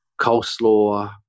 coleslaw